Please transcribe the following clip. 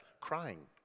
Crying